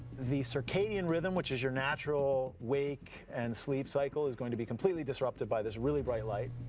the circadian rhythm, which is your natural wake and sleep cycle is going to be completely disrupted by this really bright light.